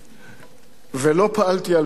ולא פעלתי על-פי הנהלים.